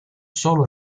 solo